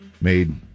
made